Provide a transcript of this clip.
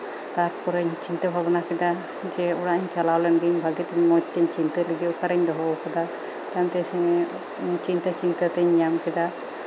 ᱛᱟᱨᱯᱚᱨᱮᱧ ᱪᱤᱱᱛᱟᱹ ᱵᱷᱟᱵᱱᱟ ᱠᱮᱫᱟ ᱡᱮ ᱚᱲᱟᱜ ᱤᱧ ᱪᱟᱞᱟᱣ ᱞᱮᱱ ᱜᱤᱧ ᱵᱷᱟᱜᱤ ᱛᱮ ᱢᱚᱸᱡᱽ ᱛᱤᱧ ᱪᱤᱱᱛᱟᱹ ᱞᱮᱜᱮ ᱚᱠᱟᱨᱤᱧ ᱫᱚᱦᱚ ᱟᱠᱟᱫᱟ ᱛᱟᱭᱚᱢ ᱛᱮ ᱪᱤᱱᱛᱟᱹᱼᱪᱤᱱᱛᱟᱹ ᱛᱤᱧ ᱧᱟᱢ ᱠᱮᱫᱟ ᱛᱟᱨᱯᱚᱨᱮ ᱯᱚᱨᱮᱨ ᱫᱤᱱ